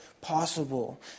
possible